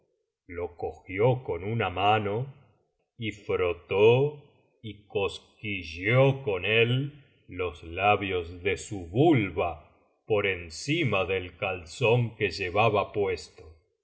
lo cogió con una mano y frotó y cosquilleó con él los labios de su vulva por encima del calzón que llevaba puesto